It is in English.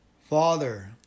Father